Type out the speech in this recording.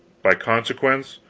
by consequence,